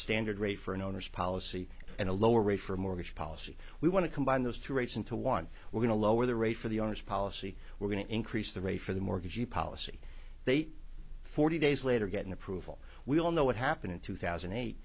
standard rate for an owner's policy and a lower rate for mortgage policy we want to combine those two rates into want we're going to lower the rate for the owners policy we're going to increase the rate for the mortgagee policy they forty days later getting approval we all know what happened in two thousand and eight